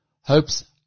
hopes